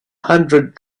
hundred